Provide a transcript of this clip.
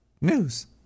news